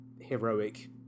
heroic